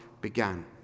began